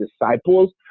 disciples